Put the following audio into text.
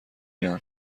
یان